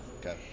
Okay